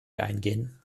eingehen